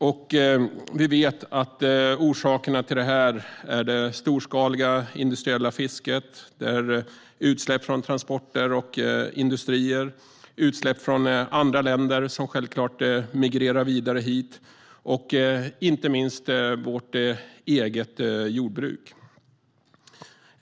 Och vi vet att orsakerna är det storskaliga industriella fisket, utsläpp från transporter och industrier, utsläpp från andra länder som självklart migrerar vidare hit och inte minst vårt eget jordbruk.